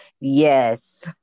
Yes